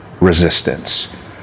resistance